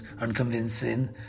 unconvincing